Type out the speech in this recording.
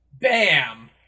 Bam